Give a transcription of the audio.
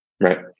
Right